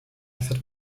przed